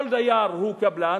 כל דייר הוא קבלן,